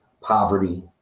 poverty